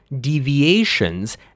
Deviations